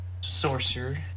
sorcerer